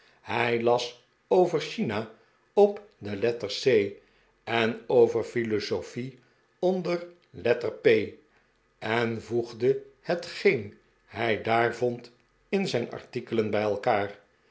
hij las over china op letter c en over de philosophie onder letter p en voegde hetgeen hij daar vond in zijn artikelen bij elkaar